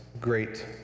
great